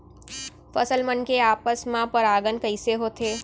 फसल मन के आपस मा परागण कइसे होथे?